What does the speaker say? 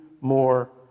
more